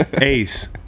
Ace